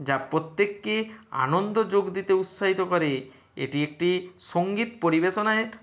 যা প্রত্যেককে আনন্দ যোগ দিতে উৎসাহিত করে এটি একটি সঙ্গীত পরিবেশনের